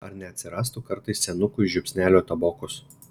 ar neatsirastų kartais senukui žiupsnelio tabokos